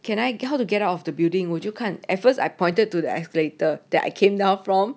can I how to get out of the building 我就看 at first I pointed to the escalator that I came down from